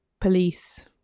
police